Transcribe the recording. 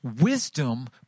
Wisdom